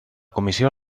comissió